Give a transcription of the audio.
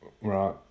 right